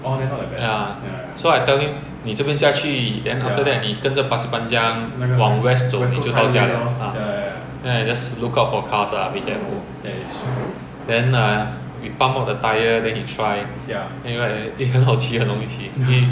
ya so I tell him 你这边下去 then after that 你跟着 pasir panjang 往 west 走你就到家 liao then you just look out for cars lah be careful then err we pump all the tyre then he try then he ride eh 很好骑很容易骑